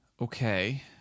Okay